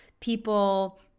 people